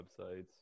websites